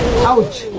college